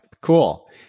cool